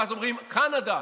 ואז אומרים "קנדה"